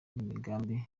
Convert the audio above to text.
n’imigambi